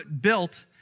built